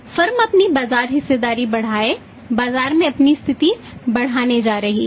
firm अपनी बाजार हिस्सेदारी बढ़ाने बाजार में अपनी उपस्थिति बढ़ाने जा रही है